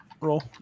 roll